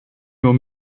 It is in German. nur